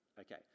okay